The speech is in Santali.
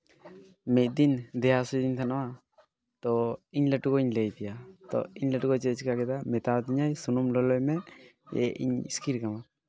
ᱢᱤᱫ ᱫᱤᱱ ᱫᱮᱭᱟ ᱦᱟᱹᱥᱩᱭᱮᱫᱤᱧ ᱛᱟᱦᱮᱱᱚᱜᱼᱟ ᱛᱳ ᱤᱧ ᱞᱟᱹᱴᱩ ᱜᱚᱧ ᱞᱟᱹᱭ ᱫᱮᱭᱟ ᱛᱳ ᱤᱧ ᱞᱟᱹᱴᱩ ᱜᱚ ᱪᱮᱫ ᱮ ᱪᱮᱠᱟ ᱠᱮᱫᱟ ᱢᱮᱛᱟᱣ ᱫᱤᱧᱟᱭ ᱥᱩᱱᱩᱢ ᱞᱚᱞᱚᱭ ᱢᱮ ᱤᱧ ᱤᱥᱠᱤᱨ ᱠᱟᱢᱟ